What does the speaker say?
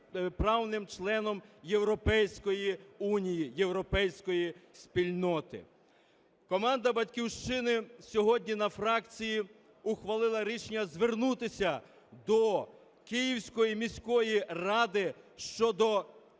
повноправним членом Європейської Унії, Європейської спільноти. Команда "Батьківщини" сьогодні на фракції ухвалила рішення звернутися до Київської міської ради щодо